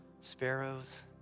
sparrows